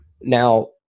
now